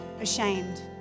ashamed